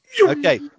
Okay